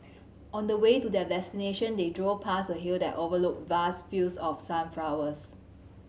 on the way to their destination they drove past a hill that overlooked vast fields of sunflowers